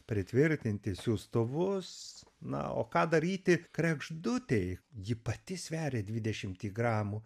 pritvirtinti siųstuvus na o ką daryti kregždutei ji pati sveria dvidešimtį gramų